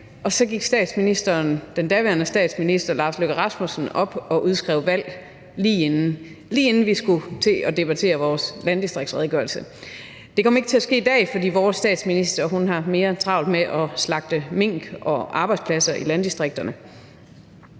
og så gik den daværende statsminister Lars Løkke Rasmussen op og udskrev valg, lige inden vi skulle til at debattere vores landdistriktsredegørelse. Det kommer ikke til at ske i dag, for vores statsminister har mere travlt med at slagte mink og arbejdspladser i landdistrikterne.